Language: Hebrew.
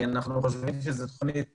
אנחנו תומכים בהארכת